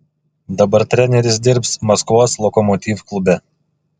dabar treneris dirbs maskvos lokomotiv klube